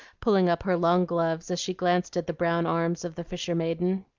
pulling up her long gloves as she glanced at the brown arms of the fisher maiden.